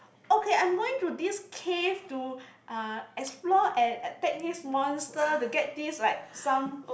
okay I am going to this cave to uh explore at and take this monster to get this like some